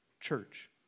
church